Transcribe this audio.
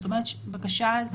זאת אומרת, בקשה לסעד דחוף.